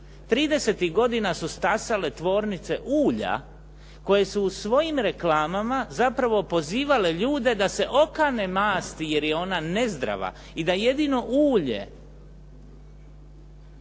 30-tih godina su stasale tvornice ulja koje su u svojim reklamama zapravo pozivale ljude da se okane masti, jer je ona nezdrava i da jedino ulje